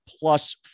plus